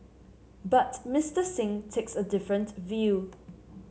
but Mister Singh takes a different view